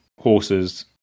horses